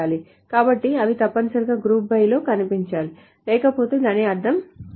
కాబట్టి అవి తప్పనిసరిగా GROUP BY లో కనిపించాలి లేకపోతే దీనికి అర్థం లేదు